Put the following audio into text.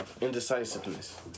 Indecisiveness